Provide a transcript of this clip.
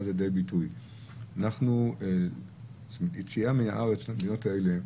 לידי ביטוי ואמרתי שיציאה מהארץ למדינות האלה,